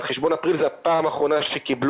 על חשבון אפריל זו הפעם האחרונה שקיבלו,